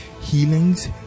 healings